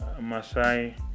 Masai